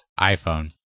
iPhone